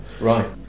Right